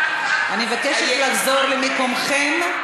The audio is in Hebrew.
אני מבקשת לחזור למקומכן.